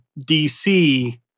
DC